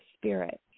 spirit